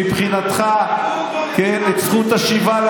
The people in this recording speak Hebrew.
מבחינתך, תן את זכות השיבה.